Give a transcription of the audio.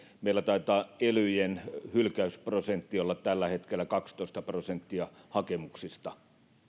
meillä taitaa elyjen hylkäysprosentti olla tällä hetkellä kaksitoista prosenttia hakemuksista